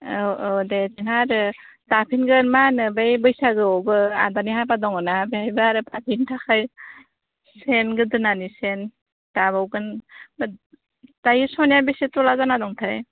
औ औ दे दा आरो दाफिनगोन मा होनो बै बैसागोआवबो आदानि हाबानि दङ ना बे आरो बाजैनि थाखाय सेन गोदोनानि सेन दाबावगोन दायो स'नाया बेसे टला जाना दंथाय